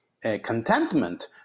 contentment